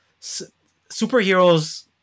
superheroes